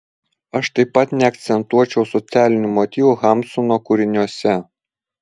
aš taip pat neakcentuočiau socialinių motyvų hamsuno kūriniuose